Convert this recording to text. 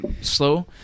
Slow